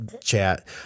chat